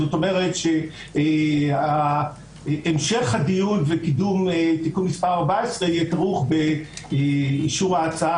כלומר שהמשך הדיון וקידום תיקון מס' 14 יהיה כרוך באישור ההצעה